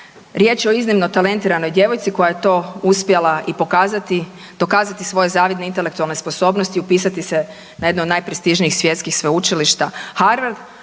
Riječ je o iznimno talentiranoj djevojci koja je to uspjela i pokazati, dokazati svoje zavidne intelektualne sposobnost i upisati se na jedno od najprestižnijih svjetskih sveučilišta Harvard,